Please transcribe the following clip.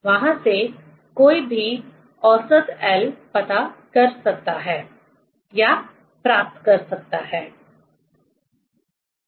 वहां से कोई भी औसत l पता लगा सकता है या प्राप्त कर सकता है